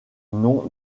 nom